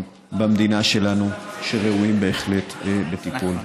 במדינה שלנו שראויים בהחלט לטיפול.